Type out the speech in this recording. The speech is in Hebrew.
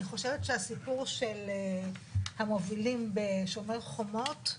אני חושבת שהסיפור של המובילים ב"שומר חומות",